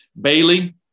Bailey